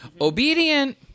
Obedient